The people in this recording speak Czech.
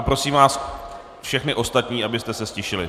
Prosím vás všechny ostatní, aby se ztišili.